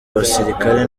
abasirikare